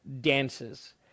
dances